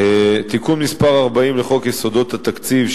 תיקון מס' 40 לחוק יסודות התקציב,